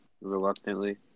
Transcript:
Reluctantly